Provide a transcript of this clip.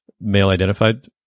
male-identified